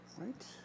Right